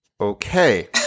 Okay